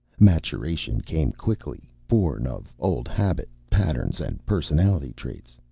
maturation came quickly, born of old habit patterns and personality traits,